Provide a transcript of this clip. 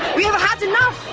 we have had enough.